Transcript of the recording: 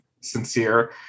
sincere